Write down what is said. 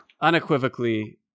Unequivocally